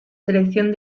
selección